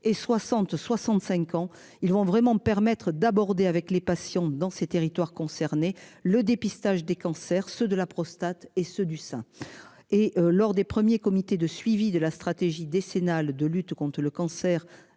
et 60 65 ans ils vont vraiment permettre d'aborder avec les patients dans ces territoires concernés. Le dépistage des cancers. Ceux de la prostate et ceux du sein et lors des premiers comités de suivi de la stratégie décennale de lutte contre le cancer.